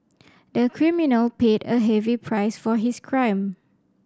the criminal paid a heavy price for his crime